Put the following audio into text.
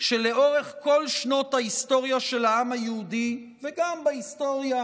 שלאורך כל שנות ההיסטוריה של העם היהודי וגם בהיסטוריה